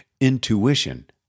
intuition